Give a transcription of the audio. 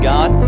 God